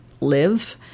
live